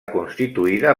constituïda